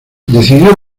decidió